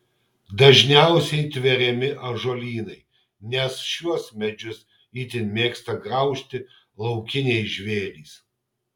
dažniausiai tveriami ąžuolynai nes šiuos medžius itin mėgsta graužti laukiniai žvėrys